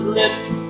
lips